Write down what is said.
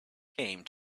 came